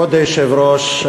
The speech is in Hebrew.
כבוד היושב-ראש,